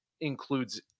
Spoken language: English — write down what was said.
includes